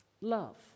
Love